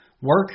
Work